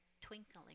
twinkling